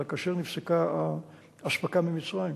אלא כאשר נפסקה האספקה ממצרים.